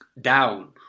down